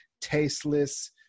tasteless